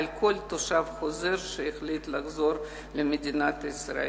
על כל תושב שהחליט לחזור למדינת ישראל.